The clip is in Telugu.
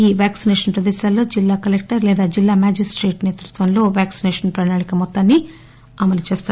ఈ వ్యాక్సినేషన్ ప్రదేశాల్లో జిల్లా కలెక్టర్ లేదా జిల్లా మెజిస్టేట్ నేతృత్వంలో ఈ వ్యాక్పినేషన్ ప్రణాళిక మొత్తం అమలు చేస్తారు